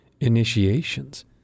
initiations